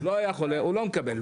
לא היה חולה הוא לא מקבל.